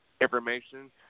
information